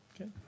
Okay